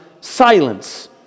silence